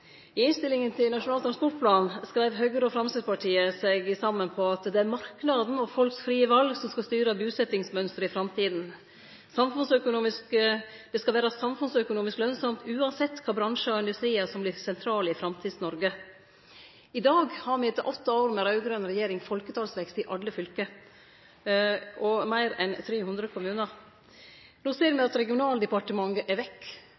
I innstillinga til Nasjonal transportplan skreiv Høgre og Framstegspartiet seg saman på at det er marknaden og folks frie val som skal styre busetjingsmønsteret i framtida. Det skal vere samfunnsøkonomisk lønsamt uansett kva bransjar og industriar som vert sentrale i Framtids-Noreg. I dag har me etter åtte år med raud-grøn regjering folketalsvekst i alle fylke og i meir enn 300 kommunar. No ser me at Regionaldepartementet er vekk.